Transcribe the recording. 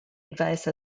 advice